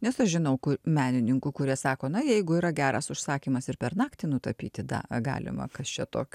nes aš žinau menininkų kurie sako na jeigu yra geras užsakymas ir per naktį nutapyti da galima kas čia tokio